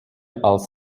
als